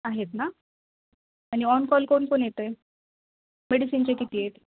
आहेत ना आणि ऑन कॉल कोण पण येत आहे मेडिसिनचे किती आहेत